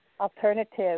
alternative